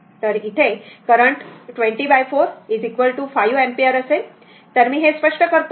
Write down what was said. तर current 204 5 ampere असेल तर मी हे स्पष्ट करतो